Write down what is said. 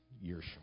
years